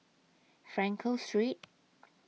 Frankel Street